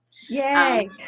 Yay